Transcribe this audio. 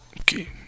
Okay